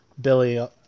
Billy